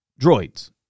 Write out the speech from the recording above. droids